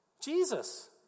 Jesus